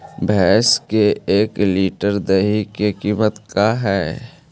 भैंस के एक लीटर दही के कीमत का है?